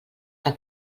que